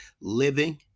living